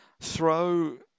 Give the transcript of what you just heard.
Throw